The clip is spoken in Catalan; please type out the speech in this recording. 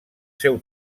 seu